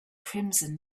crimson